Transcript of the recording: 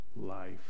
life